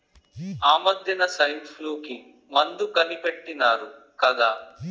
ఆమద్దెన సైన్ఫ్లూ కి మందు కనిపెట్టినారు కదా